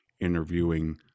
interviewing